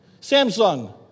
Samsung